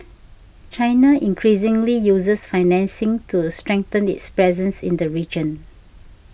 China increasingly uses financing to strengthen its presence in the region